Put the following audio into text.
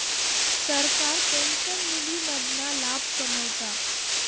सरकार पेंशन निधी मधना लाभ कमवता